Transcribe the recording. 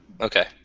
Okay